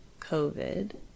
covid